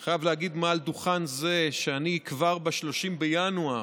אני חייב להגיד מעל דוכן זה שכבר ב-30 בינואר